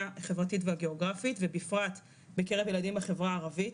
החברתית והגיאוגרפית ובפרט בקרב ילדים בחברה הערבית,